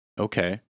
Okay